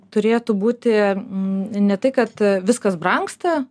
turėtų būti ne tai kad viskas brangsta